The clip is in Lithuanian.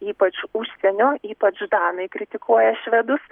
ypač užsienio ypač danai kritikuoja švedus